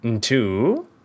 two